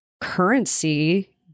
currency